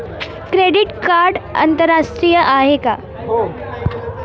Credit card आंतरराष्ट्रीय आहे का?